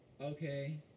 Okay